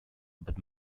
but